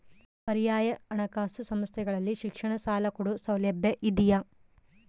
ಪರ್ಯಾಯ ಹಣಕಾಸು ಸಂಸ್ಥೆಗಳಲ್ಲಿ ಶಿಕ್ಷಣ ಸಾಲ ಕೊಡೋ ಸೌಲಭ್ಯ ಇದಿಯಾ?